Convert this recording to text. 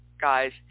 guys